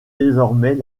désormais